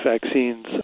vaccines